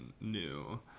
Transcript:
new